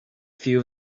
few